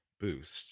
boost